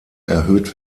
erhöht